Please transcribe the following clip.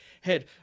head